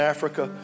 Africa